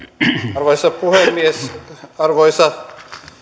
arvoisa puhemies arvoisa